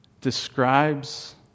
describes